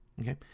Okay